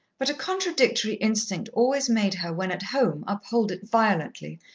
but a contradictory instinct always made her when at home uphold it violently,